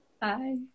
Bye